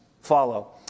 follow